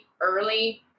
early